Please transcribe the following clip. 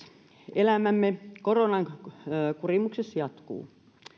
elämämme koronan kurimuksessa jatkuu